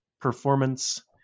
performance